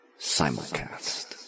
Simulcast